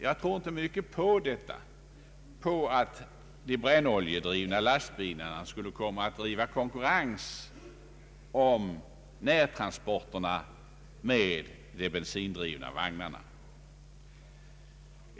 Jag tror inte mycket på att de brännoljedrivna lastbilarna skulle börja konkurrera om närtransporterna med de bensindrivna vagnarna.